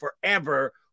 Forever